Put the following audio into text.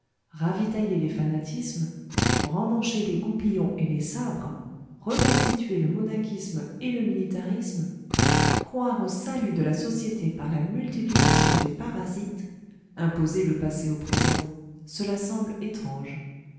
ravitailler les fanatismes remmancher les goupillons et les sabres reconstituer le monachisme et le militarisme croire au salut de la société par la multiplication des parasites imposer le passé au présent cela semble étrange